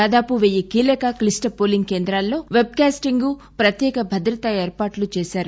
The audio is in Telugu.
దాదాపు వెయ్యి కీలక క్లిష్ట పోలింగ్ కేంద్రాల్లో పెట్ కాస్టింగ్ ప్రత్యేక భద్రతా ఏర్పాట్లు చేశారు